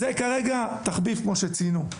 זה כרגע תחביב כמו שציינו.